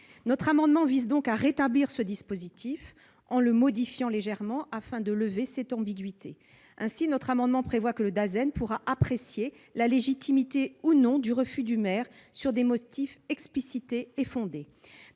présent amendement vise à rétablir ce dispositif en le modifiant légèrement afin de lever une ambiguïté. Il tend ainsi à prévoir que le Dasen pourra apprécier la légitimité du refus du maire sur des motifs explicites et fondés.